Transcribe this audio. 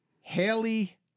Haley